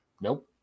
nope